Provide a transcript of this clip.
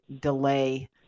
delay